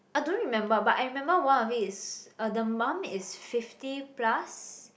I don't remember but I remember one of it is uh the mum is fifty plus